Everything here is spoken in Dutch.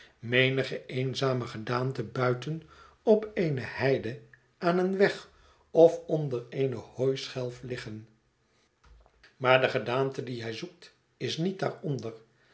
menige eenzame gedaante buiten op eene heide aan een weg of onder eene hooischelf liggen maar de gedaante die hij zoekt is niet daaronder